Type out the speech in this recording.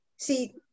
See